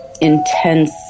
intense